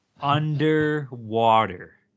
Underwater